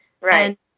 Right